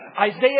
Isaiah